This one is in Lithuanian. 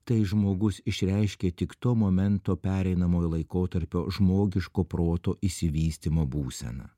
tai žmogus išreiškė tik to momento pereinamojo laikotarpio žmogiško proto išsivystymo būseną